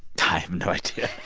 i have no idea